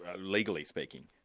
ah legally speaking?